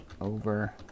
Over